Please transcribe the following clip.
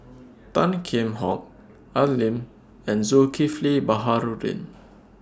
Tan Kheam Hock Al Lim and Zulkifli Baharudin